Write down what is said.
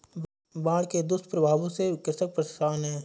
बाढ़ के दुष्प्रभावों से कृषक परेशान है